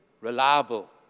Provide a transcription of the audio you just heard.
reliable